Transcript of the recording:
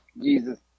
Jesus